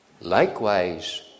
Likewise